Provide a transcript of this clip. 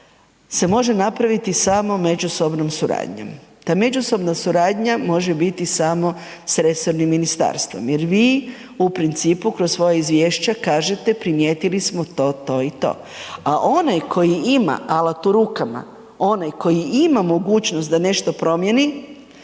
se može napraviti samo međusobnom suradnjom, ta međusobna suradnja može biti samo s resornim ministarstvom jer vi u principu kroz svoje izvješće kažete primijetili smo to, to i to, a onaj koji ima alat u rukama, onaj koji ima mogućnost da nešto promijeni